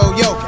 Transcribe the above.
yo